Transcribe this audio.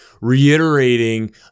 reiterating